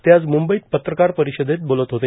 ते आज मुंबईत पत्रकार परिषदेत बोलत होते